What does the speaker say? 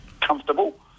comfortable